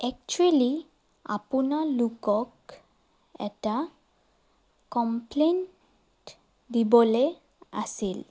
actually আপোনালোকক এটা complain দিবলে আছিল